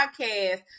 podcast